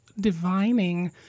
divining